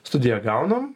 studiją gaunam